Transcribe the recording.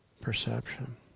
perception